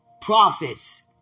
prophets